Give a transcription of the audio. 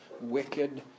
wicked